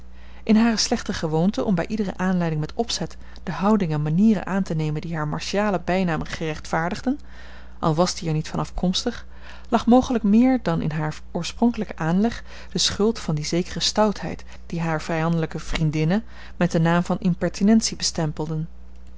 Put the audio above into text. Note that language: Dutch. in hare slechte gewoonte om bij iedere aanleiding met opzet de houding en manieren aan te nemen die haar martialen bijnaam rechtvaardigden al was die er niet van afkomstig lag mogelijk meer dan in haar oorspronkelijken aanleg de schuld van die zekere stoutheid die hare vijandelijke vriendinnen met den naam van impertinentie bestempelden